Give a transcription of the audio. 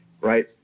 right